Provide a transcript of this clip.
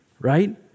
right